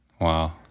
Wow